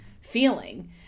feeling